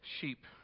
sheep